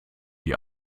die